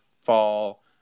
fall